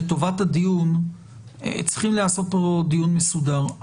לטובת הדיון אנחנו צריכים לעשות פה דיון מסודר.